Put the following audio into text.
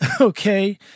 okay